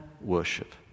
worship